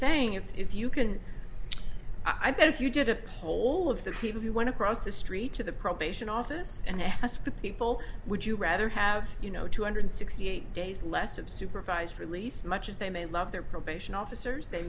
saying if you can i bet if you did a poll of the people who went across the street to the probation office and asked the people would you rather have you know two hundred sixty eight days less of supervised release much as they may love their probation officers they